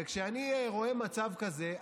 וכשאני רואה מצב כזה,